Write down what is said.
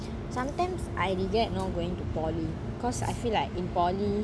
sometimes I regret not going to poly cause I feel like in poly